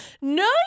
No